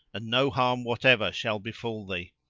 and no harm whatever shall befal thee.